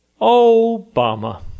Obama